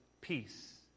peace